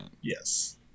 Yes